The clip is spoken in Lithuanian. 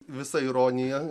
visa ironija